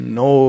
no